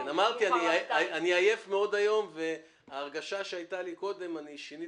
למה לא יכנסו עכשיו את ועדת הכנסת?